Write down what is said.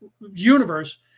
universe